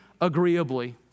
agreeably